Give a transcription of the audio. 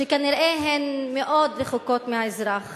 שכנראה הן מאוד רחוקות מהאזרח